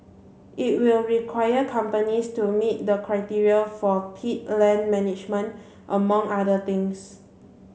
it will require companies to meet the criteria for peat land management among other things